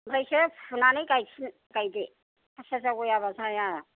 आमफ्रायसो फुनानै गायफिन गायदो खासिया जावैयाबा जाया